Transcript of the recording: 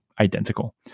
identical